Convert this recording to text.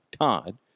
Todd